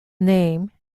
name